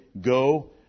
Go